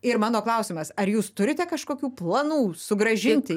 ir mano klausimas ar jūs turite kažkokių planų sugrąžinti